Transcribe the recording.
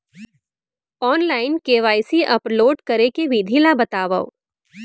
Online KYC upload करे के विधि ला बतावव?